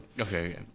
Okay